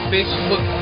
Facebook